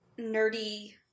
nerdy